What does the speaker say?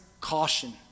caution